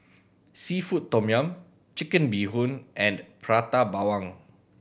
seafood tom yum Chicken Bee Hoon and Prata Bawang